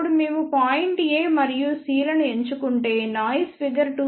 ఇప్పుడు మేము point A మరియు C లను ఎంచుకుంటే నాయిస్ ఫిగర్ 2